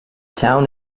town